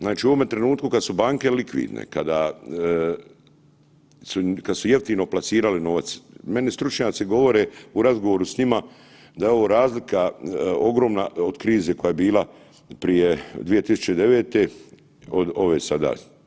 Znači, u ovome trenutku kad su banke likvidne, kada, kad su jeftino plasirale novac, meni stručnjaci govore u razgovoru s njima da je ovo razlika ogromna od krize koja je bila prije 2009. od ove sada.